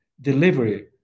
delivery